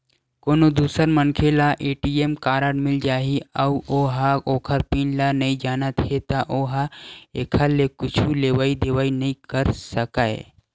कोनो दूसर मनखे ल ए.टी.एम कारड मिल जाही अउ ओ ह ओखर पिन ल नइ जानत हे त ओ ह एखर ले कुछु लेवइ देवइ नइ कर सकय